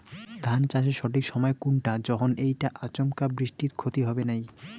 ধান চাষের সঠিক সময় কুনটা যখন এইটা আচমকা বৃষ্টিত ক্ষতি হবে নাই?